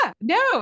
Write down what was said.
no